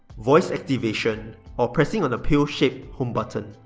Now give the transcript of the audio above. voice activation or pressing on the pill shape home button.